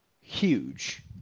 huge